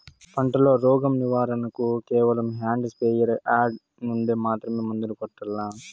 పంట లో, రోగం నివారణ కు కేవలం హ్యాండ్ స్ప్రేయార్ యార్ నుండి మాత్రమే మందులు కొట్టల్లా?